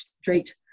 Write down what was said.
street